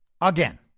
again